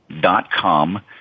dot-com